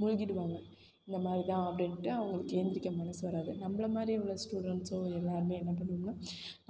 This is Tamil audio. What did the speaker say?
மூழ்கிடுவாங்க இந்த மாதிரி தான் அப்படின்ட்டு அவங்களுக்கு ஏழுந்திரிக்க மனது வராது நம்மள மாதிரி உள்ள ஸ்டூடண்ட்ஸோ எல்லோருமே என்ன பண்ணுங்கன்னால்